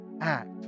act